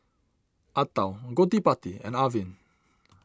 Atal Gottipati and Arvind